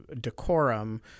decorum